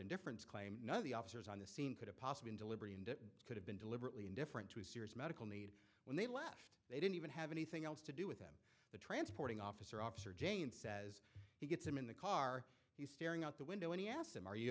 indifference claim none of the officers on the scene could have possibly deliberate could have been deliberately indifferent to a serious medical need when they left they didn't even have anything else to do with him the transporting officer officer jane says he gets them in the car he's staring out the window and he asked them are you